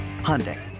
Hyundai